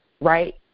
right